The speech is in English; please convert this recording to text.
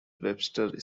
webster